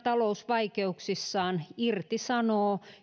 talousvaikeuksissaan irtisanoo